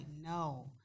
no